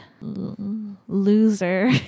loser